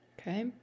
okay